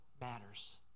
Matters